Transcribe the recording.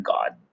God